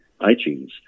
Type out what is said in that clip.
iTunes